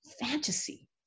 fantasy